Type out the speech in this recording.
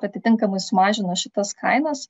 atitinkamai sumažino šitas kainas